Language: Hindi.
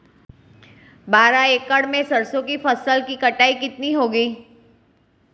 बारह एकड़ में सरसों की फसल की कटाई कितनी होगी?